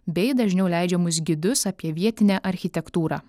bei dažniau leidžiamus gidus apie vietinę architektūrą